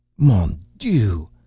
mon dieu,